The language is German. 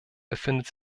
befindet